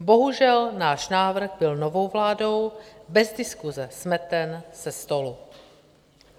Bohužel, náš návrh byl novou vládou bez diskuse smeten ze stolu